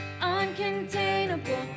Uncontainable